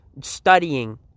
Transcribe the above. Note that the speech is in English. studying